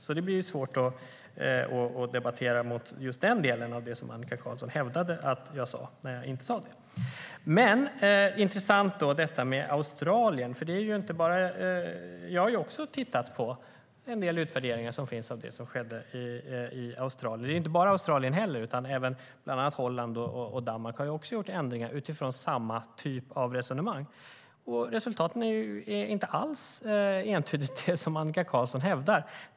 Så det blir svårt att debattera mot just den delen av det som Annika Qarlsson hävdade att jag sa, fast jag inte sa det. Detta med Australien är intressant. Jag har ju också tittat på en del utvärderingar av det som skedde i Australien. Det gäller ju inte bara Australien, utan även bland annat Danmark och Holland som också har genomfört förändringar utifrån samma typ av resonemang. Resultaten är inte alls entydiga, som Annika Qarlsson hävdade.